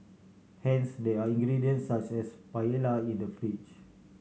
hence there are ingredients such as paella in the fridge